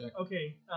Okay